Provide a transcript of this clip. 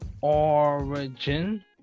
origin